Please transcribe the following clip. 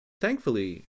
thankfully